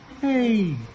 Hey